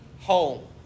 home